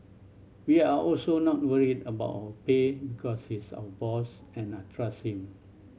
we are also not worried about pay because he's our boss and I trust him